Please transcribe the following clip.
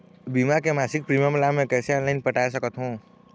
बीमा के मासिक प्रीमियम ला का मैं ऑनलाइन पटाए सकत हो?